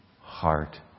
heart